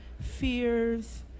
fears